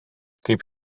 kaip